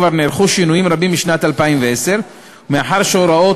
כבר נערכו שינויים רבים בשנת 2010. מאחר שההוראות